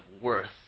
worth